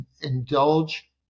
indulge